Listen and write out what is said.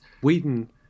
Whedon